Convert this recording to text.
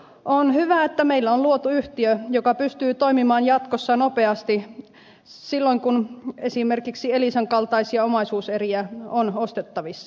on hyvä että meillä on luotu yhtiö joka pystyy toimimaan jatkossa nopeasti silloin kun esimerkiksi elisan kaltaisia omaisuuseriä on ostettavissa